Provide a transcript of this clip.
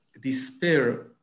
despair